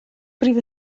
prif